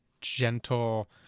gentle